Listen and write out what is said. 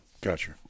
Gotcha